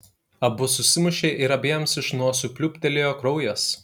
abu susimušė ir abiems iš nosių pliūptelėjo kraujas